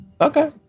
Okay